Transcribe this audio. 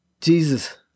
Jesus